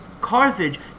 Carthage